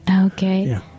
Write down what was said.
Okay